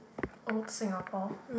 old Singapore